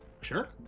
Sure